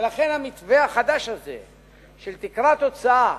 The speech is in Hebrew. ולכן, המתווה החדש הזה של תקרת הוצאה,